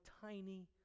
tiny